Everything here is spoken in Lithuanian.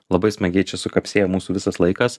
labai smagiai čia sukapsėjo mūsų visas laikas